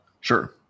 Sure